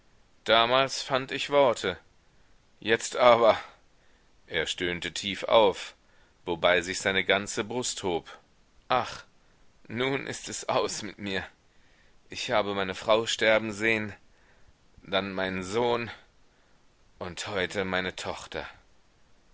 damals fand ich worte jetzt aber er stöhnte tief auf wobei sich seine ganze brust hob ach nun ist es aus mit mir ich habe meine frau sterben sehen dann meinen sohn und heute meine tochter